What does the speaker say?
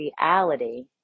reality